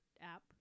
app